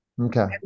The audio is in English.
okay